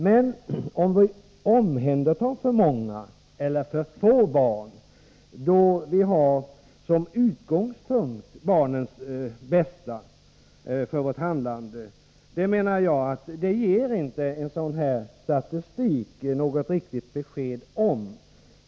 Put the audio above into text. Men jag menar att en sådan här statistik inte ger något riktigt besked om huruvida vi omhändertar för många eller för få barn, då vi som utgångspunkt för vårt handlande har barnens bästa.